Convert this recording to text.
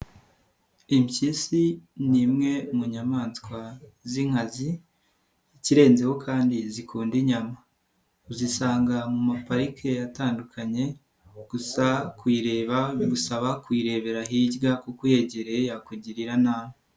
Impyisi ni imwe mu nyamaswa z'inkazi ikirenzeho kandi zikunda inyama, uzisanga mu maparike yatandukanye, gusa kuyireba bigusaba kuyirebera hirya kuko uyegereye yakugirira nabi.